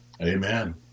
Amen